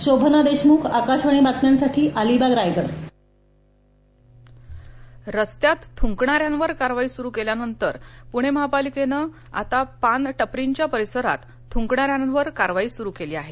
शोभना देशमख आकाशवाणी बातम्यांसाठी अलिबाग रायगड कारवाई रस्त्यात थुंकणाऱ्यांवर कारवाई सुरु केल्यानंतर पूणे महापालिकेने आता पानटपरींच्या परिसरात थुंकणाऱ्यांवर कारवाई सुरु केली आहे